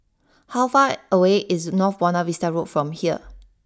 how far away is North Buona Vista Road from here